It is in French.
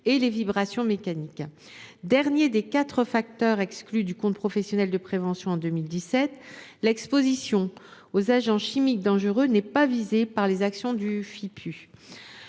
et les vibrations mécaniques. Dernier des quatre facteurs exclus du compte professionnel de prévention en 2017, l’exposition aux agents chimiques dangereux n’est pas visée par les actions du Fipu.